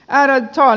ärade talman